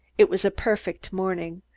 it was a perfect morning,